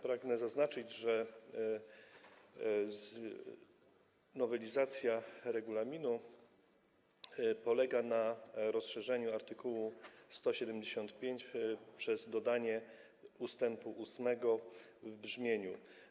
Pragnę zaznaczyć, że nowelizacja regulaminu polega na rozszerzeniu art. 175 przez dodanie ust. 8 w brzmieniu: